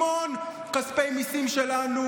המון כספי מיסים שלנו,